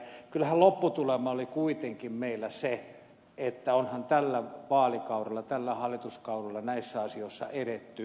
kyllähän lopputulema oli kuitenkin meillä se että onhan tällä vaalikaudella tällä hallituskaudella näissä asioissa edetty positiivisesti eteenpäin